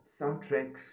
soundtracks